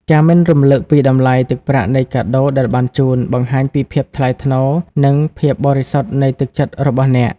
ការមិនរំលឹកពីតម្លៃទឹកប្រាក់នៃកាដូដែលបានជូន បង្ហាញពីភាពថ្លៃថ្នូរ និងភាពបរិសុទ្ធនៃទឹកចិត្តរបស់អ្នក។